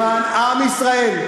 למען עם ישראל,